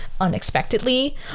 unexpectedly